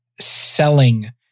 selling